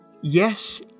Yes